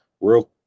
Real